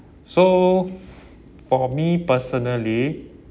so for me personally